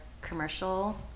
commercial